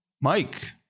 Mike